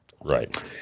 Right